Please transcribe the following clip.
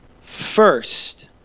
first